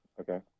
okay